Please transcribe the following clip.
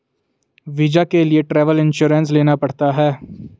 visa के लिए travel insurance लेना पड़ता है